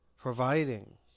providing